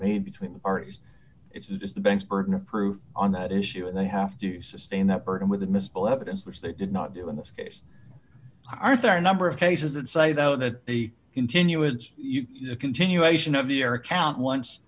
made between ari's it's the bank's burden of proof on that issue and they have to sustain that burden with admissible evidence which they did not do in this case aren't there a number of cases that say though that they continue it's a continuation of your account once